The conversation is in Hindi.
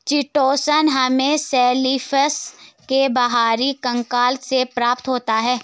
चिटोसन हमें शेलफिश के बाहरी कंकाल से प्राप्त होता है